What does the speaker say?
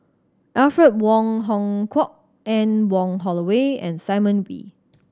Alfred Wong Hong Kwok Anne Wong Holloway and Simon Wee